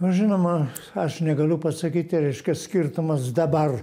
nu žinoma aš negaliu pasakyti reiškia skirtumas dabar